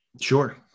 Sure